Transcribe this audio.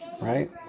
right